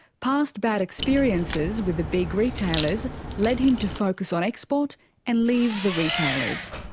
past bad experiences with the big retailers led him to focus on export and leave the retailers.